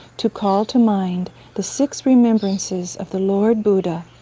to call to mind the six remembrances of the lord buddha.